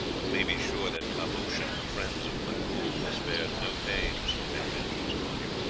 you may be sure that caboche and the friends of legoix will spare no pains to take vengeance upon you.